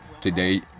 today